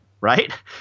right